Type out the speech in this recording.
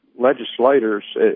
legislators